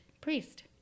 priest